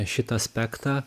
šitą aspektą